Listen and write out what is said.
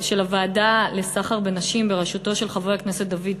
הוועדה לסחר בנשים בראשותו של חבר הכנסת דוד צור.